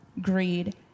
greed